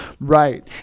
Right